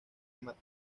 matt